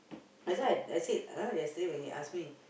that's why I I said ah yesterday when he ask me